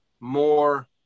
more